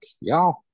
y'all